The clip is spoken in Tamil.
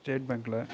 ஸ்டேட் பேங்க்கில்